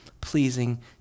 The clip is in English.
pleasing